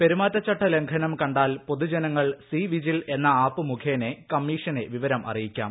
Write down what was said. പെരുമാറ്റച്ചട്ട ലംഘനം കണ്ടാൽ പൊതുജനങ്ങൾ സി വിജിൽ എന്ന ആപ്പ് മുഖേന കമ്മീഷനെ വിവരം അറിയിക്കാം